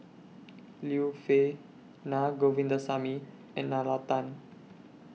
Liu Peihe Na Govindasamy and Nalla Tan